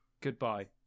Goodbye